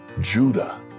Judah